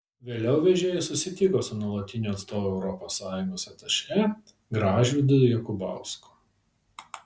vėliau vežėjai susitiko su nuolatiniu atstovu europos sąjungos atašė gražvydu jakubausku